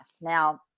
Now